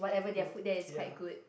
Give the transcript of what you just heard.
no ya